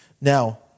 Now